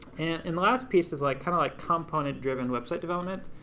and the last piece is like kind of like component-driven website development.